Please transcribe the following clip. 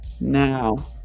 Now